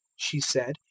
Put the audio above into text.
she said,